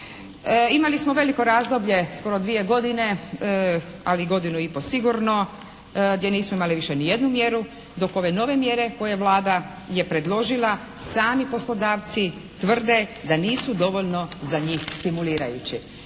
Imali smo veliko razdoblje skoro dvije godine ali godinu i po sigurno gdje nismo imali više ni jednu mjeru dok ove nove mjere koje Vlada je predložila sami poslodavci tvrde da nisu dovoljno za njih stimulirajući.